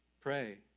Pray